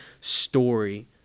story